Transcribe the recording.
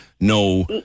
no